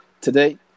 Today